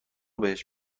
بهش